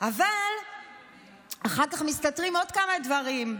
אבל אחר כך מסתתרים עוד כמה דברים,